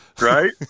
right